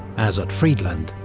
as at friedland.